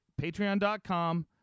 patreon.com